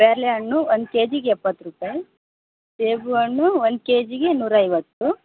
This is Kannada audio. ಪೇರಲೆ ಹಣ್ಣು ಒಂದು ಕೆ ಜಿಗೆ ಎಪ್ಪತ್ತು ರೂಪಾಯಿ ಸೇಬು ಹಣ್ಣು ಒಂದು ಕೆ ಜಿಗೆ ನೂರ ಐವತ್ತು